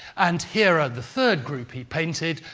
and here are the third group he painted,